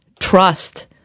trust